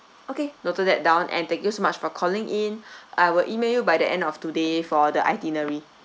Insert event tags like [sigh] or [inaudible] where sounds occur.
okay noted that down and thank you so much for calling in [breath] I will email you by the end of today for the itinerary